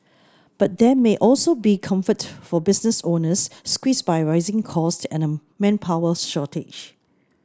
but there may also be comfort for business owners squeezed by rising costs and a manpower shortage